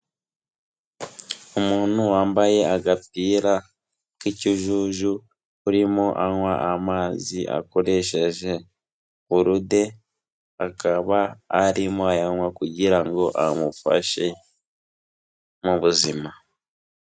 Umuntu wambaye agapira k'ikijuju urimo anywa amazi akoresheje gurude akaba arimo ayanywa kugira ngo amufashe mu buzima.